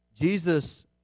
Jesus